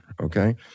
okay